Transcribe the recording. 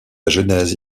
genèse